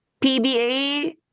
PBA